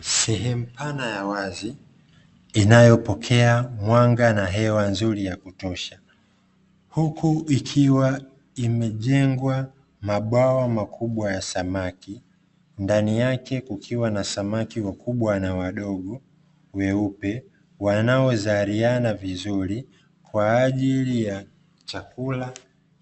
Sehemu pana ya wazi inayopokea mwanga na hewa nzuri ya kutosha, huku ikiwa imejengwa mabwawa makubwa ya samaki, ndani yake kukiwa na samaki wakubwa na wadogo, weupe, wanaozaliana vizuri kwa ajili ya chakula